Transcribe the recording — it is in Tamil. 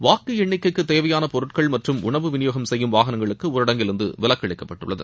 வாக்கு எண்ணிக்கைக்கு தேவையான பொருட்கள் மற்றும் உணவு விநியோகம் செய்யும் வாகனங்களுக்கு ஊடரங்கில் இருந்து விலக்கு அளிக்கப்பட்டுள்ளது